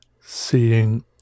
seeing